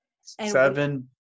seven